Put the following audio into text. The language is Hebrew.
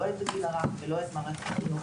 לא את הגיל הרך ולא את מערכת החינוך.